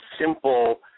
simple